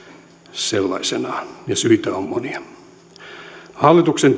sellaisenaan ja syitä on monia hallituksen